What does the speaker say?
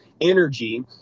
energy